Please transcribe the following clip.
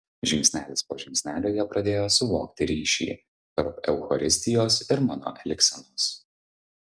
žingsnelis po žingsnelio jie pradėjo suvokti ryšį tarp eucharistijos ir mano elgsenos